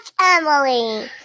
Emily